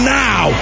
now